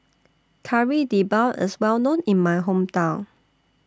Kari Debal IS Well known in My Hometown